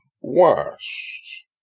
washed